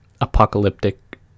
apocalyptic